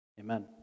Amen